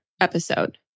episode